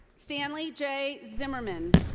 stanley j. zimmerman.